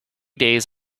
days